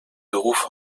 beruf